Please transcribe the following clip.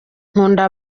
nkunda